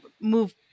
move